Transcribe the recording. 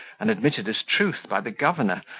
and admitted as truth by the governor,